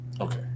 Okay